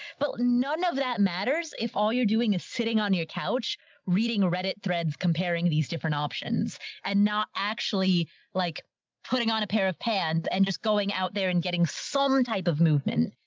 but none of that matters if all you're doing is sitting on your couch reading reddit threads, comparing these different options and not actually like putting on a pair of pants and just going out there and getting some type of movement.